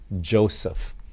Joseph